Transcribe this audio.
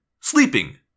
sleeping